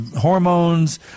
hormones